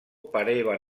pareva